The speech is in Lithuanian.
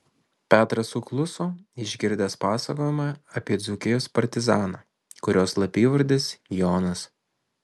petras sukluso išgirdęs pasakojimą apie dzūkijos partizaną kurio slapyvardis jonas